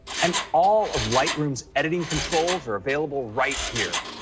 and all of lightroom's editing controls are available right here.